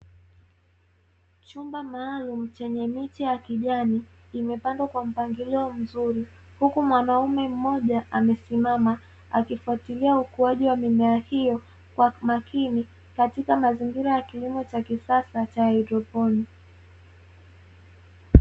Chumba maalumu chenye miche ya kijani, imepandwa kwa mpangilio mzuri, huku mwanaume mmoja amesimama akifatilia ukuaji wa mimea hiyo kwa umakini katika mazingira ya kilimo cha kisasa cha haidroponi.